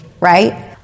right